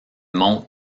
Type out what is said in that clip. monts